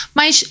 mas